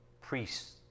priests